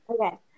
okay